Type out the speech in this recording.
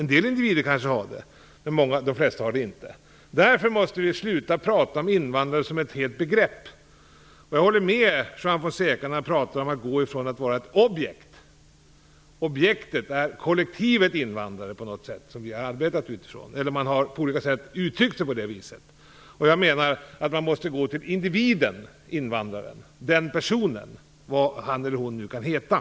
En del individer har kanske någonting gemensamt, men alla har det inte. Därför måste vi sluta prata om invandrare som ett begrepp. Jag håller med Juan Fonseca när han talar om att gå ifrån att vara ett objekt till att bli ett subjekt. Man har använt begreppet invandrare som ett kollektivt begrepp, och jag menar att man måste gå till individen, invandraren, personen - vad han eller hon nu kan heta.